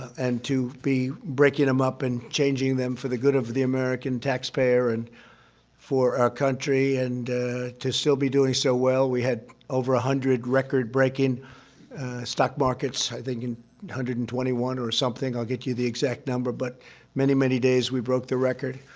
and to be breaking them up and changing them for the good of the american taxpayer and for our country, and to still be doing so well. we had over hundred record-breaking stock markets. i think one hundred and twenty one or something. i'll get you the exact number. but many, many days, we broke the record.